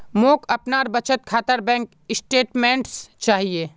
मोक अपनार बचत खातार बैंक स्टेटमेंट्स चाहिए